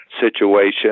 situation